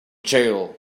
jail